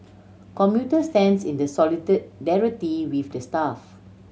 commuter stands in the with the staff